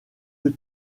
que